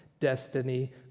Destiny